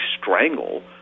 strangle